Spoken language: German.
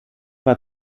war